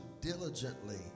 diligently